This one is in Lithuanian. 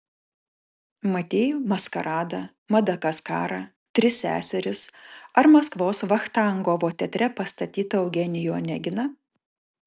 matei maskaradą madagaskarą tris seseris ar maskvos vachtangovo teatre pastatytą eugenijų oneginą